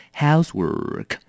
housework